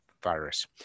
virus